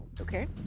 Okay